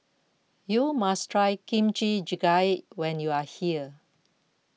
you must try Kimchi Jjigae when you are here